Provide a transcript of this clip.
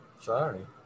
sorry